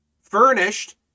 furnished